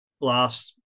last